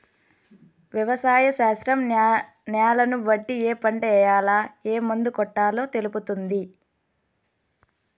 వ్యవసాయ శాస్త్రం న్యాలను బట్టి ఏ పంట ఏయాల, ఏం మందు కొట్టాలో తెలుపుతుంది